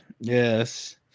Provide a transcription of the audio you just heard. yes